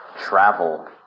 travel